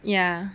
ya